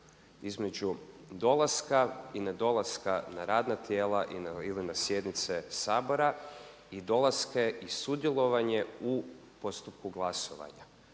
između dolaska i nedolaska na radna tijela ili na sjednice Sabora i dolaske i sudjelovanje u postupku glasovanja.